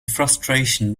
frustration